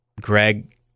greg